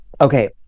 Okay